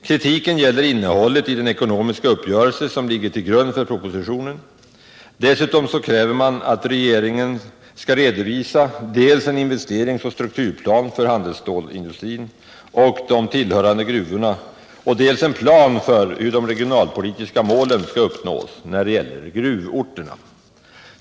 Kritiken gäller innehållet i den ekonomiska uppgörelse som ligger till grund för propositionen. Man kräver dessutom att regeringen skall redovisa dels en investeringsoch strukturplan för handelsstålsindustrin och de tillhörande gruvorna, dels en plan för hur de regionalpolitiska målen skall uppnås när det gäller gruvorterna.